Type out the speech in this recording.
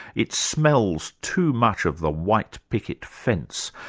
it smells too much of the white picket fence,